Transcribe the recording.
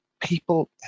people